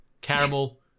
caramel